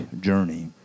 journey